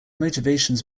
motivations